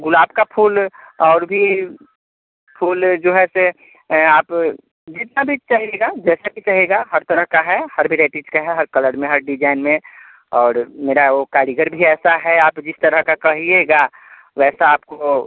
गुलाब का फूल और भी फूल जो है ऐसे आप जितना भी चाहिएगा जैसा भी चाहिएगा हर तरह का है हर वेराइटी का है हर कलर में हर डिजाइन में और मेरा वह कारीगर भी ऐसा है आप जिस तरह का कहिएगा वैसा आपको